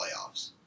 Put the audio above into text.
playoffs